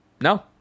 No